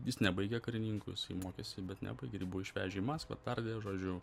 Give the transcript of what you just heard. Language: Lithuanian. jis nebaigė karininku jisai mokėsi bet nebaigė ir jį buvo išvežę į maskvą tardė žodžiu